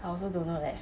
I also don't know leh